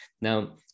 Now